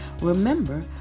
Remember